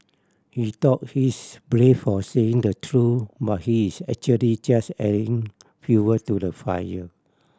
he thought he's brave for saying the truth but he is actually just adding fuel to the fire